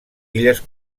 illes